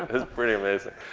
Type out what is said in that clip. is pretty amazing.